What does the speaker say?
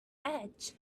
edge